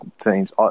teams